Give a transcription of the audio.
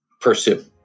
pursue